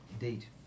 indeed